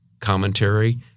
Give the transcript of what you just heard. commentary